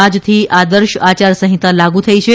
આજથી આદર્શ આયાર સંહિતા લાગુ થઇ છે